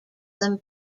them